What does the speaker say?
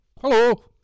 Hello